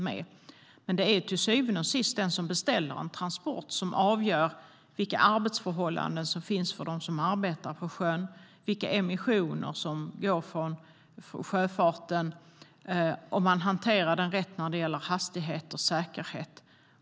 Det är dock till syvende och sist den som beställer en transport som avgör vilka arbetsförhållanden som gäller för dem som arbetar på sjön, vilka emissioner som kommer från sjöfarten och om man hanterar den rätt när det gäller hastighet och säkerhet.